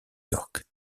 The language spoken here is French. york